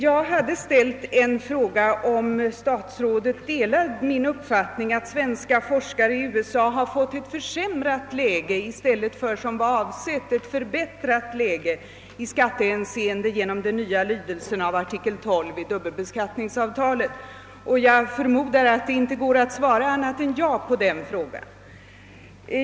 Jag hade ställt en fråga om huruvida statsrådet delar min uppfattning, att svenska medborgare i USA försatts i ett försämrat i stället för som var avsett ett förbättrat läge i skattehänseende genom den nya lydelsen av artikel XII i dubbelbeskattningsavtalet. Jag förmo dar att det inte går att svara annat än ja på den frågan.